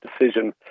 decision